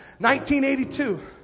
1982